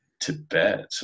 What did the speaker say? tibet